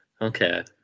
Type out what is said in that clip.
okay